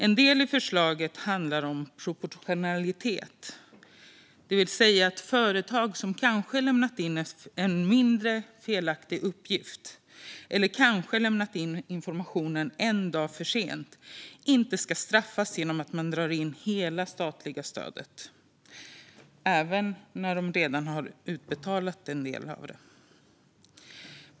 En del i förslaget handlar om proportionalitet, det vill säga att företag som kanske har lämnat in en mindre, felaktig uppgift eller kanske har lämnat in information en dag för sent inte ska straffas genom att hela det statliga stödet dras in, även när en del av det redan har betalats ut.